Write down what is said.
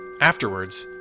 afterwards,